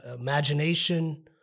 imagination